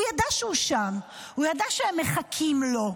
הוא ידע שהוא שם, הוא ידע שהם מחכים לו.